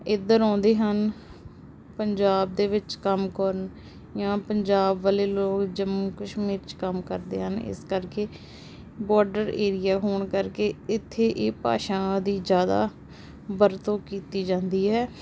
ਇੱਧਰ ਆਉਂਦੇ ਹਨ ਪੰਜਾਬ ਦੇ ਵਿੱਚ ਕੰਮ ਕਰਨ ਜਾਂ ਪੰਜਾਬ ਵਾਲੇ ਲੋਕ ਜੰਮੂ ਕਸ਼ਮੀਰ 'ਚ ਕੰਮ ਕਰਦੇ ਹਨ ਇਸ ਕਰਕੇ ਬਾਰਡਰ ਏਰੀਆ ਹੋਣ ਕਰਕੇ ਇੱਥੇ ਇਹ ਭਾਸ਼ਾਵਾਂ ਦੀ ਜ਼ਿਆਦਾ ਵਰਤੋਂ ਕੀਤੀ ਜਾਂਦੀ ਹੈ